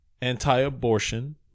anti-abortion